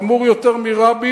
חמור יותר מרבין,